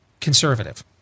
conservative